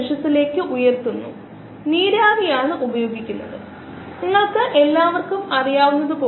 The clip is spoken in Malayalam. നൈട്രജൻ ഉറവിടം കാരണം കോശങ്ങൾക്ക് nitrogen carbon nitrogen oxygen hydrogen phosphorus തുടങ്ങിയവ കോശങ്ങളിലെ ജീവനുള്ള സിസ്റ്റങ്ങളിൽ അവശ്യ ഘടകങ്ങളാണ്